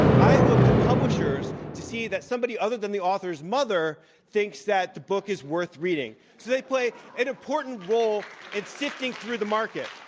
i look to publishers to see that somebody other than the author's mother thinks that the book is worth reading. so they play an important role in sifting through the market,